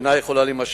שאינה יכולה להימשך.